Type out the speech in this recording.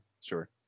Sure